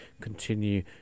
continue